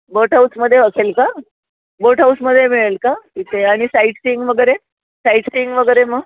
बोट हाऊसमध्ये असेल का बोट हाऊसमध्ये मिळेल का तिथे आणि साईटसीईंग वगैरे साईटसीईंग वगैरे मग